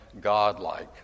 godlike